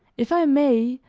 if i may,